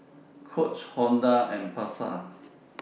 Coach Honda and Pasar